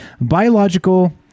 biological